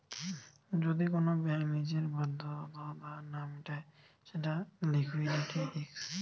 যদি কোন ব্যাঙ্ক নিজের বাধ্যবাধকতা না মিটায় সেটা লিকুইডিটি রিস্ক